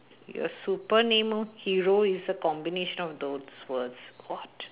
your super name hero is a combination of those words what